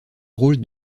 rôle